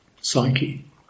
Psyche